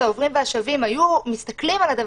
כך העוברים והשבים היו מסתכלים על זה